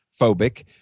phobic